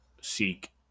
seek